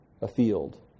afield